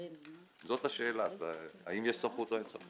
זאת השאלה, האם יש סמכות או אין סמכות.